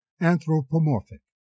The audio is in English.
anthropomorphic